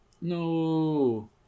No